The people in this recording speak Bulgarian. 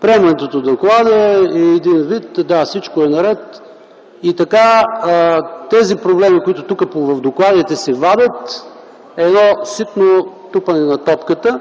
Приемането на доклада е един вид: „Да, всичко е наред!” и така тези проблеми, които тук, в докладите, се вадят, е едно ситно тупане на топката,